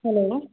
hello